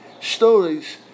stories